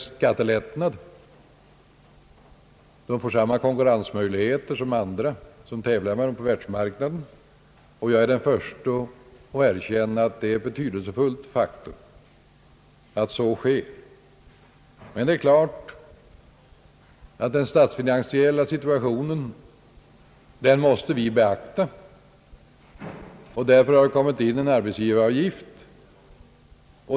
Exportföretagen får samma konkurrensmöjligheter som andra på världsmarknaden. Jag är den förste att erkänna att det är betydelsefullt att så sker. Men det är också klart att vi måste beakta den statsfinansiella situationen. Därför har vi tagit in en arbetsgivaravgift.